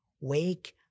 Wake